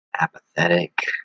apathetic